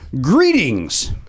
Greetings